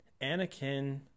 Anakin